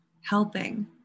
helping